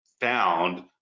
Found